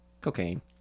cocaine